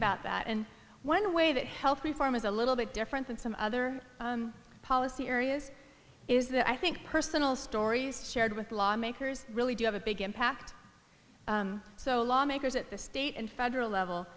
about that and one way that health reform is a little bit different than some other policy areas is that i think personal stories shared with lawmakers really do have a big impact so lawmakers at the state and federal level